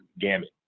gamut